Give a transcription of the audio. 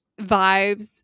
vibes